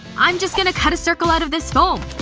i'm just going to cut a circle out of this foam